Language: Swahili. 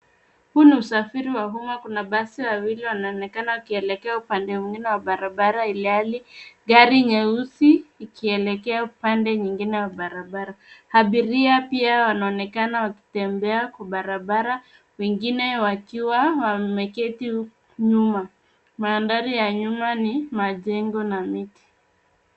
Huu ni usafiri wa umma, kuna basi wawili wanaonekana wakielekea upande mwingine wa barabara ilhali gari nyeusi ikielekea upande nyingine wa barabara. Abiria pia wanaonekana wakitembea kwa barabara wengine wakiwa wameketi huku nyuma. Mandhari ya nyuma ni majengo na miti.